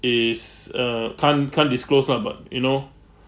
is uh can't can't disclose lah but you know